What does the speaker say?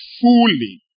fully